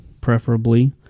preferably